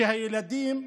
שהילדים,